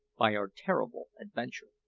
by our terrible adventure.